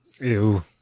Ew